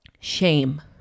Shame